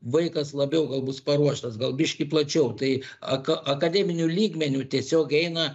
vaikas labiau gal bus paruoštas gal biškį plačiau tai aka akademiniu lygmeniu tiesiog eina